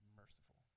merciful